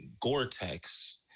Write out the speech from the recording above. Gore-Tex